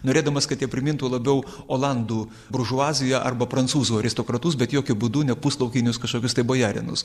norėdamas kad jie primintų labiau olandų buržuaziją arba prancūzų aristokratus bet jokiu būdu ne puslaukinius kažkokius tai bojarinus